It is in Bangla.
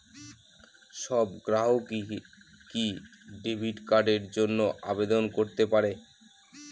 সব গ্রাহকই কি ডেবিট কার্ডের জন্য আবেদন করতে পারে?